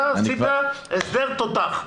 אתה עשית הסדר של תותח,